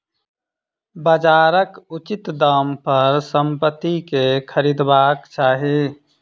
बजारक उचित दाम पर संपत्ति के खरीदबाक चाही